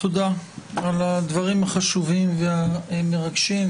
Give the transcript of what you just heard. תודה על הדברים החשובים והמרגשים.